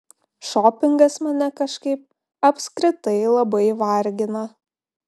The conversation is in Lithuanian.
šopingas mane kažkaip apskritai labai vargina